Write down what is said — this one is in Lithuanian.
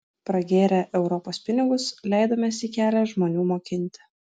pragėrę europos pinigus leidomės į kelią žmonių mokinti